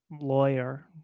lawyer